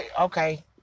Okay